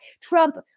Trump